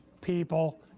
People